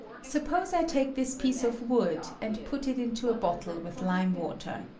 suppose i take this piece of wood, and put it into a bottle with lime-water.